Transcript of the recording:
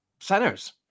centers